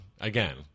again